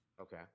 Okay